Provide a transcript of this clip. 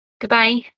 goodbye